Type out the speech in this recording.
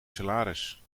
salaris